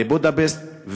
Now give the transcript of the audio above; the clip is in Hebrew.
לבודפשט,